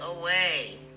away